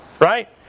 Right